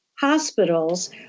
hospitals